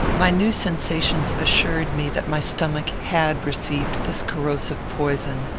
my new sensations assured me that my stomach had received this corrosive poison.